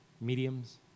Mediums